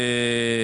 אקדח.